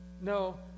No